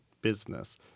business